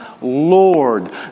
Lord